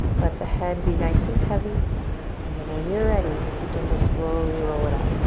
let the head be nice and heavy and then when you're ready, begin to slowly roll it up.